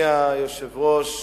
אדוני היושב-ראש,